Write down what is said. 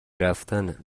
رفتنه